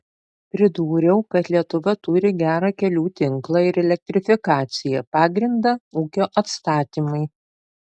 pridūriau kad lietuva turi gerą kelių tinklą ir elektrifikaciją pagrindą ūkio atstatymui